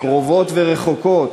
קרובות ורחוקות,